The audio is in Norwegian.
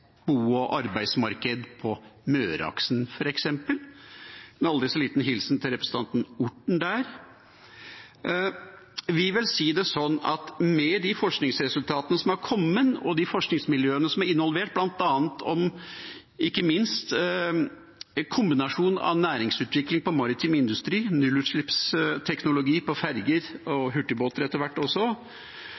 bo- og arbeidsmarked på Møreaksen – med en aldri så liten hilsen til representanten Orten der. Vi vil si det slik: Med de forskningsresultatene som har kommet, og de forskningsmiljøene som er involvert, bl.a. om en kombinasjon av næringsutvikling på maritim industri, nullutslippsteknologi på ferger og etter hvert også